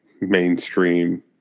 mainstream